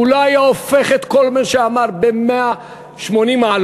הוא לא היה הופך את כל מה שהוא אמר ב-180 מעלות.